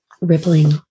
rippling